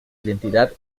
identidad